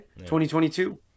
2022